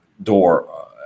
door